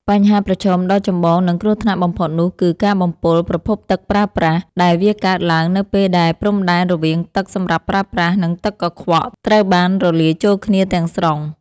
បញ្ហាប្រឈមដ៏ចម្បង និងគ្រោះថ្នាក់បំផុតនោះគឺ ការបំពុលប្រភពទឹកប្រើប្រាស់ ដែលវាកើតឡើងនៅពេលដែលព្រំដែនរវាងទឹកសម្រាប់ប្រើប្រាស់ និងទឹកកខ្វក់ត្រូវបានរលាយចូលគ្នាទាំងស្រុង។